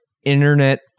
internet